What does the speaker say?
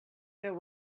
there